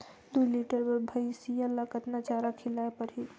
दुई लीटर बार भइंसिया ला कतना चारा खिलाय परही?